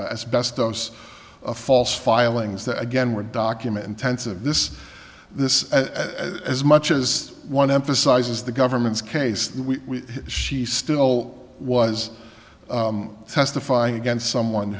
asbestos false filings that again we're documenting tense of this this as much as one emphasizes the government's case we she still was testifying against someone